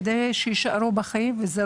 כדי שיישארו בחיים.״ לצערי הרב,